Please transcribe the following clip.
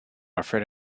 afraid